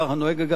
בכל העולם,